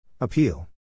Appeal